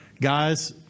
guys